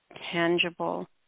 tangible